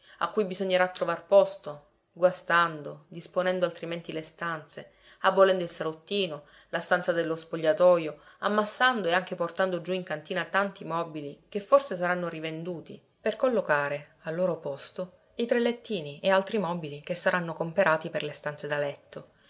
a cui bisognerà trovar posto guastando disponendo altrimenti le stanze abolendo il salottino la stanza dello spogliatojo ammassando e anche portando giù in cantina tanti mobili che forse saranno rivenduti per collocare al loro posto i tre lettini e altri mobili che saranno comperati per le stanze da letto